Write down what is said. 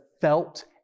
felt